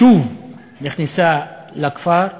שוב נכנסה לכפר,